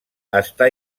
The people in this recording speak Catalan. està